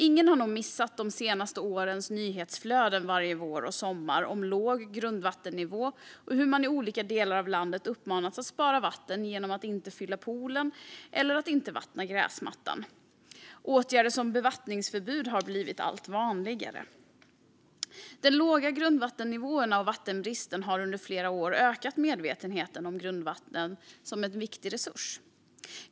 Ingen har nog missat de senaste årens nyhetsflöden varje vår och sommar om låg grundvattennivå och hur man i olika delar av landet uppmanas att spara vatten genom att inte fylla poolen eller vattna gräsmattan. Åtgärder som bevattningsförbud har blivit allt vanligare. De låga grundvattennivåerna och vattenbristen har under flera år ökat medvetenheten om grundvatten som en viktig resurs.